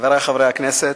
חברי חברי הכנסת,